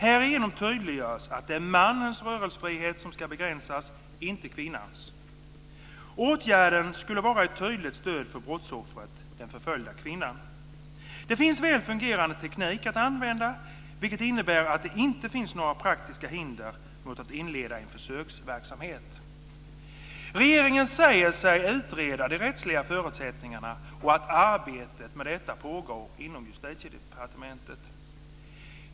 Härigenom tydliggörs att det är mannens rörelsefrihet som ska begränsas, inte kvinnans. Åtgärden skulle vara ett tydligt stöd för brottsoffret - den förföljda kvinnan. Det finns väl fungerande teknik att använda, vilket innebär att det inte finns några praktiska hinder mot att inleda en försöksverksamhet. Regeringen säger sig utreda de rättsliga förutsättningarna. Arbetet med detta sägs pågå inom Justitiedepartementet.